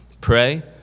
Pray